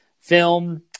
film